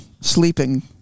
sleeping